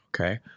Okay